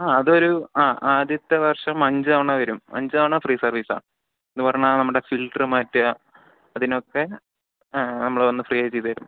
ആ അതൊരു ആ ആദ്യത്തെ വർഷം അഞ്ചുതവണ വരും അഞ്ചു തവണ ഫ്രീ സെർവിസാണ് അതുപറഞ്ഞാൽ നമ്മുടെ ഫിൽട്ടർ മാറ്റുക അതിനൊക്കെ നമ്മൾ വന്നു ഫ്രീയായി ചെയ്തുതരും